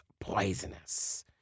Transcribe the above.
poisonous